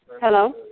Hello